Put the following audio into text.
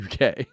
UK